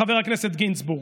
חבר הכנסת גינזבורג,